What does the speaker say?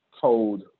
cold